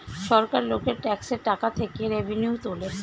সরকার লোকের ট্যাক্সের টাকা থেকে রেভিনিউ তোলে